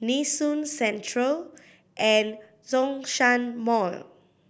Nee Soon Central and Zhongshan Mall